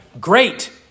Great